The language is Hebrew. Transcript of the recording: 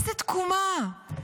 איזו תקומה?